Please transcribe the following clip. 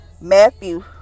Matthew